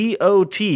got